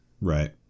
Right